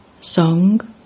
Song